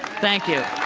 thank you.